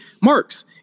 marks